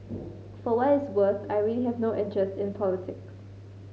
for what it is worth I really have no interest in politics